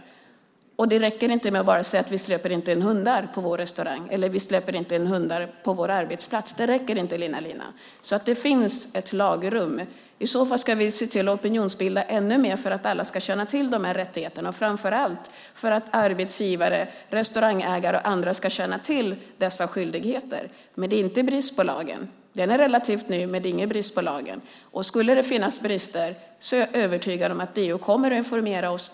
Det räcker inte, Elina Linna, med att bara säga: Vi släpper inte in hundar på vår restaurang eller på vår arbetsplats! Det finns ett lagrum. Om det finns problem ska vi se till att opinionsbilda ännu mer för att alla ska känna till rättigheterna - framför allt för att arbetsgivare, restaurangägare och andra ska känna till dessa skyldigheter. Men det är ingen brist i lagen. Den är relativt ny, men det är ingen brist i den. Skulle det ändå finnas brister i det hela är jag övertygad om att DO kommer att informera oss.